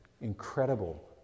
incredible